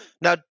now